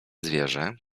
zwierzę